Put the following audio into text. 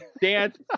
dance